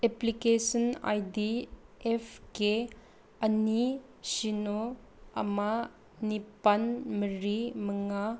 application I D F K ꯑꯅꯤ ꯁꯤꯟꯅꯣ ꯑꯃ ꯅꯤꯄꯥꯜ ꯃꯔꯤ ꯃꯉꯥ